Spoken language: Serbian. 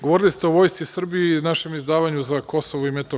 Govorili ste o Vojsci Srbije i našem izdvajanju za KiM.